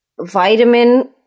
vitamin